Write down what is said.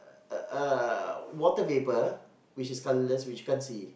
a a water vapor which is colourless which can't see